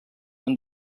when